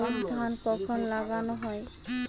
আউশ ধান কখন লাগানো হয়?